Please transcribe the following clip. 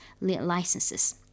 licenses